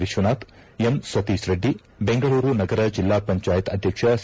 Vishwanath M Satish Reddy Bengaluru ನಗರ ಜಿಲ್ಲಾಪಂಚಾಯತ್ ಅಧ್ಯಕ್ಷ ಸಿ